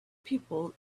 people